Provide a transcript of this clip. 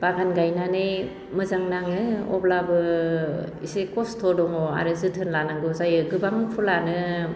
बागान गायनानै मोजां नाङो अब्लाबो इसे खस्थ' दङ आरो जोथोन लानांगौ जायो गोबां फुलानो